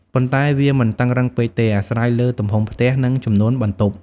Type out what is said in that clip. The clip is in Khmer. ប៉ុន្តែវាមិនតឹងរ៉ឹងពេកទេ អាស្រ័យលើទំហំផ្ទះ និងចំនួនបន្ទប់។